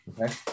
Okay